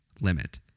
limit